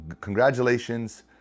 congratulations